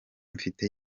mfite